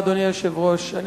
אדוני היושב-ראש, תודה רבה.